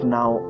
now